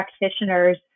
practitioners